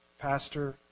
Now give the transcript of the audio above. pastor